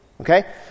Okay